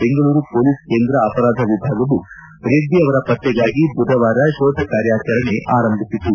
Bengaluru police ಕೇಂದ್ರ ಅಪರಾಧ ವಿಭಾಗವು ರೆಡ್ಡಿ ಪತ್ತೆಗಾಗಿ ಬುಧವಾರ ಶೋಧ ಕಾರ್ಯಾಚರಣೆ ಆರಂಭಿಸಿತು